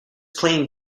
plane